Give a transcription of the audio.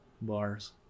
Bars